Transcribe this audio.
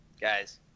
guys